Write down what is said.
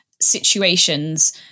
situations